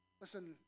Listen